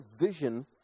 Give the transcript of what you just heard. vision